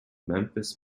memphis